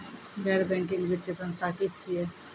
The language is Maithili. गैर बैंकिंग वित्तीय संस्था की छियै?